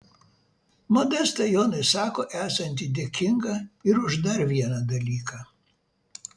modesta jonui sako esanti dėkinga ir už dar vieną dalyką